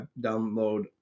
download